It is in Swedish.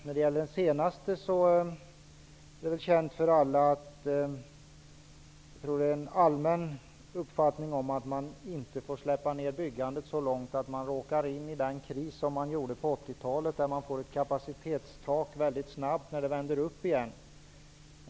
När det gäller det senaste är det väl en allmän uppfattning att man inte får låta byggandet gå ner så långt att man råkar in i samma kris som på 1980-talet då man nådde ett kapacitetstak väldigt snabbt när det vände upp igen.